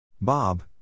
Bob